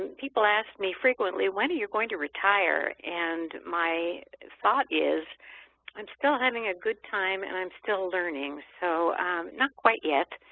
people ask me frequently, when are you going to retire, and my thought is i'm still having a good time and i'm still learning, so not quite yet